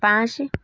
पाँच